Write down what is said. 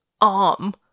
arm